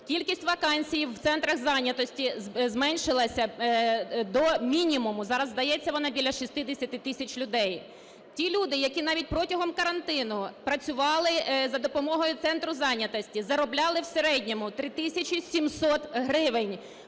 Кількість вакансій в центрах зайнятості зменшилася до мінімуму, зараз, здається, вона біля 60 тисяч людей. Ті люди, які навіть протягом карантину працювали за допомогою центру зайнятості, заробляли в середньому 3 тисячі 700 гривень